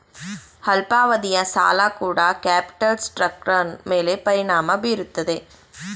ಅಲ್ಪಾವಧಿಯ ಸಾಲ ಕೂಡ ಕ್ಯಾಪಿಟಲ್ ಸ್ಟ್ರಕ್ಟರ್ನ ಮೇಲೆ ಪರಿಣಾಮ ಬೀರುತ್ತದೆ